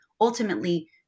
ultimately